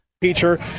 teacher